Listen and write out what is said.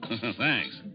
Thanks